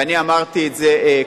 ואני אמרתי את זה קודם,